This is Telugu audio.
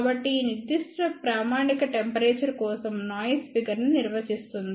కాబట్టి ఈ నిర్దిష్ట ప్రామాణిక టెంపరేచర్ కోసం నాయిస్ ఫిగర్ ను నిర్వచిస్తుంది